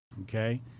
Okay